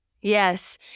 Yes